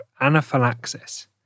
anaphylaxis